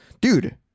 dude